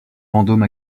vendôme